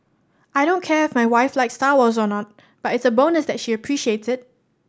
I don't care if my wife likes Star Wars or not but it's a bonus that she appreciates it